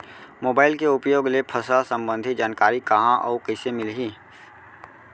Mobile के उपयोग ले फसल सम्बन्धी जानकारी कहाँ अऊ कइसे मिलही?